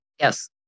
Yes